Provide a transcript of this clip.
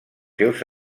seus